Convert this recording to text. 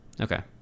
okay